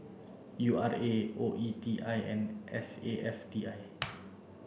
U R A O E T I and S A F T I